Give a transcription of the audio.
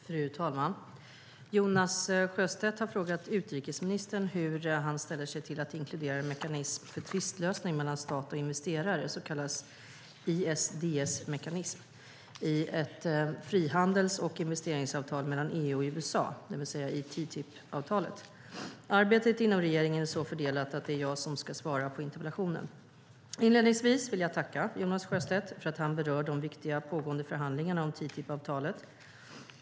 Fru talman! Jonas Sjöstedt har frågat utrikesministern hur han ställer sig till att inkludera en mekanism för tvistlösning mellan stat och investerare, så kallad ISDS-mekanism, i ett frihandels och investeringsavtal mellan EU och USA, det vill säga i TTIP-avtalet. Arbetet inom regeringen är så fördelat att det är jag som ska svara på interpellationen. Inledningsvis vill jag tacka Jonas Sjöstedt för att han berör de viktiga pågående förhandlingarna om TTIP-avtalet.